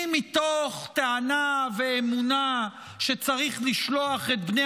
אם מתוך טענה ואמונה שצריך לשלוח את בני